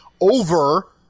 over –